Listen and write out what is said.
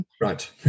right